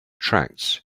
tracts